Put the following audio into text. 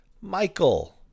Michael